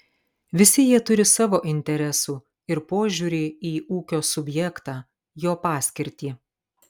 visi jie turi savo interesų ir požiūrį į ūkio subjektą jo paskirtį